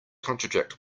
contradict